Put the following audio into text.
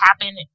happen